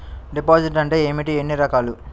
Deposit అంటే ఏమిటీ ఎన్ని రకాలు?